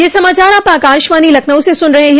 ब्रे क यह समाचार आप आकाशवाणी लखनऊ से सुन रहे हैं